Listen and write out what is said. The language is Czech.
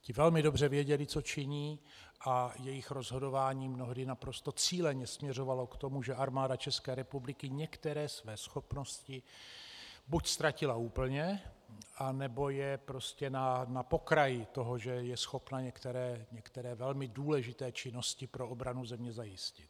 Ti velmi dobře věděli, co činí, a jejich rozhodování mnohdy naprosto cíleně směřovalo k tomu, že Armáda České republiky některé své schopnosti buď ztratila úplně, anebo je prostě na pokraji toho, že je schopna některé velmi důležité činnosti pro obranu země zajistit.